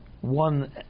one